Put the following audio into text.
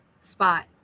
spot